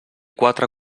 quatre